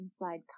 inside